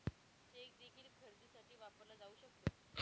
check देखील खरेदीसाठी वापरला जाऊ शकतो